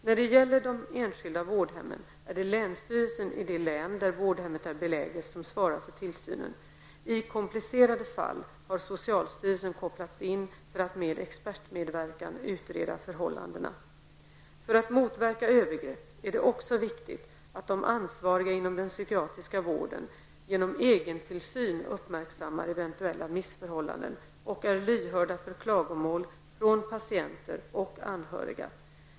När det gäller de enskilda vårdhemmen är det länsstyrelsen i det län där vårdhemmet är beläget som svarar för tillsynen. I komplicerade fall har socialstyrelsen kopplats in för att med expertmedverkan utreda förhållandena. För att motverka övergrepp är det också viktigt att de ansvariga inom den psykiatriska vården genom egentillsyn uppmärksammar eventuella missförhållanden och är lyhörda för klagomål från patienter och anhöriga.